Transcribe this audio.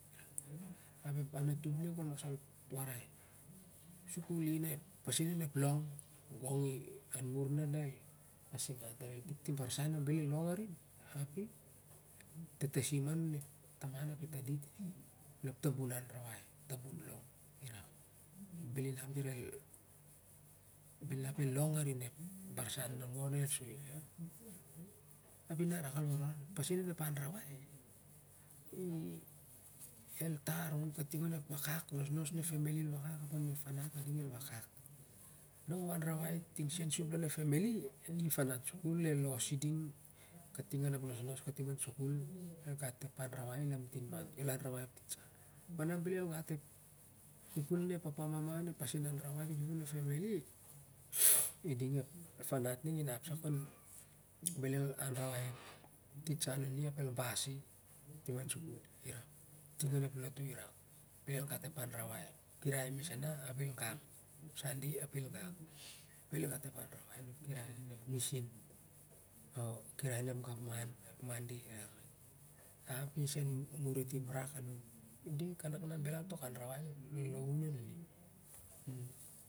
I isi ap ki angan sah lo onep rah borbor palas salo tandit ep fanat ap ep taman ep fanat bel dira re warwar arin ep fanat onep toltol onep au rawai. Fanat na i burum na ki redi sur el an kating on ep elemantry del mas sukul rara kai i onepau rawai, isah ep anra waining i lamtit mat kol ting onep lalaun ah nu dati iau na ka gat ep uh- or ol mas gat ep an rawai ok becos ia sen alo alings gat sen alo ep an rawai om na ku taulai oh ku gat i tik ah natum kal kain hat uh kon eh taman e toi oh taman e gen ka gat epan rawai on, ting sen alo onep deh onep kastam ep mal i lam tin mat kel i gat ep an rawai mat kol i rak, kating onep deh onep famly senalo al mas gat ep an rawai gong ming kanak ne nana sahi ding ah tasik sah iding ap wok sah ep rak aho al mas an rawai dit sen alo meges ina lah ep ma kul al mas gat.